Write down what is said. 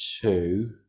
two